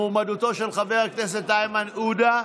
מועמדותו של חבר הכנסת איימן עודה.